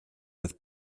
with